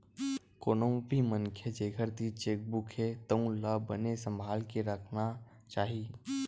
कोनो भी मनखे जेखर तीर चेकबूक हे तउन ला बने सम्हाल के राखना चाही